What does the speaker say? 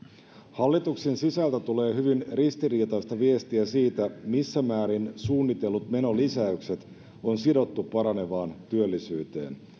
hallituksen sisältä tulee hyvin ristiriitaista viestiä siitä missä määrin suunnitellut menolisäykset on sidottu paranevaan työllisyyteen